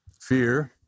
fear